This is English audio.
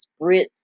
spritz